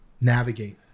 navigate